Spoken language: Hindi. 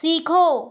सीखो